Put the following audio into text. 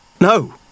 No